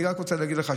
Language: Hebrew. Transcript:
אני רק רוצה להגיד לך,